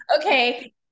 okay